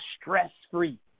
stress-free